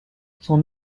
son